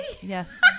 Yes